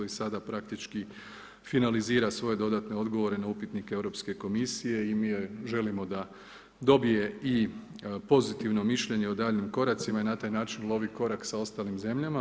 I sada praktički finalizira svoje dodatne odgovore na upitnike Europske komisije i mi joj želimo da dobije i pozitivno mišljenje o daljnjim koracima i na taj način lovi korak s ostalim zemljama.